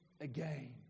again